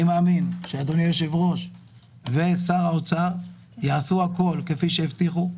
אני מאמין שאדוני היושב-ראש ושר האוצר יעשו הכול כפי שהבטיחו.